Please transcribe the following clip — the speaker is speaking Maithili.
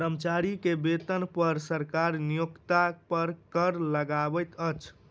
कर्मचारी के वेतन पर सरकार नियोक्ता पर कर लगबैत अछि